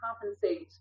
compensate